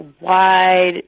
wide